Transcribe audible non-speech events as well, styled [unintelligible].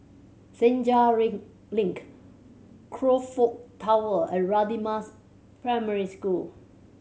Senja [unintelligible] Link Crockford Tower and Radin Mas Primary School